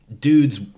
dudes